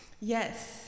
Yes